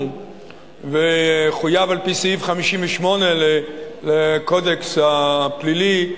וחויב על-פי סעיף 58 לקודקס הפלילי,